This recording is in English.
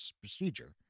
procedure